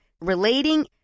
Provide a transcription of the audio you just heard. relating